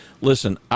listen